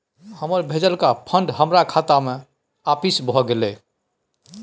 हमर भेजलका फंड हमरा खाता में आपिस भ गेलय